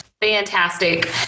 Fantastic